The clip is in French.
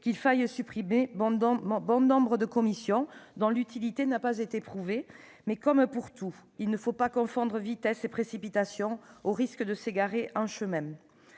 qu'il faille supprimer bon nombre de commissions dont l'utilité n'a pas été prouvée, mais, comme pour tout, il ne faut pas confondre vitesse et précipitation, au risque de s'égarer en chemin.